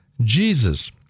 Jesus